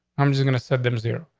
i'm just gonna set them zero.